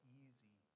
easy